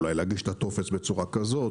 אולי להגיש את הטופס בצורה כזאת,